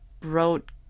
wrote